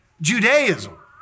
Judaism